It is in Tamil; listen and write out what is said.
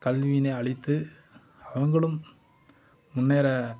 கல்வியினை அளித்து அவங்களும் முன்னேற